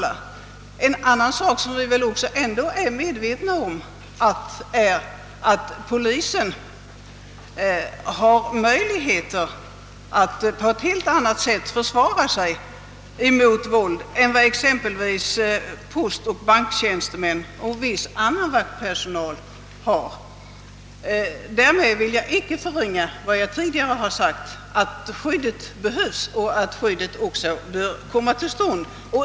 Men vi är väl också på det klara med att polisen har helt andra möjligheter än t.ex. postoch banktjänstemän samt viss vaktpersonal att försvara sig mot våld. Därmed vill jag emellertid inte förringa vad jag tidigare sagt om att skyddet behövs och bör komma till stånd.